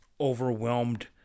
overwhelmed